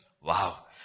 Wow